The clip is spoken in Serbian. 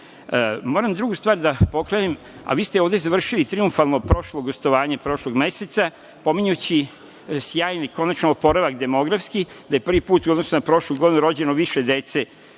bolje. Moram drugu stvar da pokrenem, a vi ste ovde završili trijumfalno prošlo gostovanje prošlog meseca pominjući sjajni konačno oporavak demografski, da je prvi put u odnosu na prošlu godinu rođeno više dece,